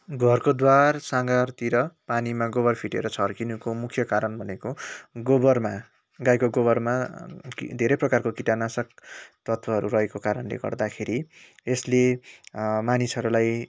घरको द्वार सङ्घारतिर पानीमा गोबर फिटेर छर्किनुको मुख्य कारण भनेको गोबरमा गाईको गोबरमा धेरै प्रकारको कीटनाशक तत्त्वहरू रहेको कारणले गर्दाखेरि यसले मानिसहरूलाई